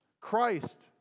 Christ